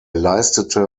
leistete